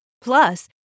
Plus